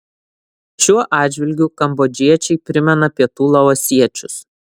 šiuo atžvilgiu kambodžiečiai primena pietų laosiečius